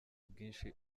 bwinshi